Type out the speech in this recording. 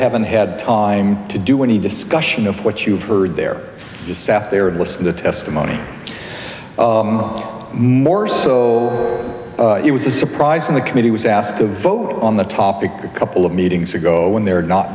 haven't had time to do any discussion of what you've heard there just sat there and listen to testimony more so it was a surprise when the committee was asked to vote on the topic the couple of meetings ago when there not